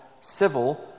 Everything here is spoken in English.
civil